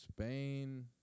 Spain